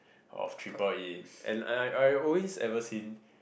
of triple E and I I always ever seen